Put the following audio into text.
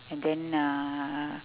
and then uh